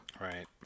Right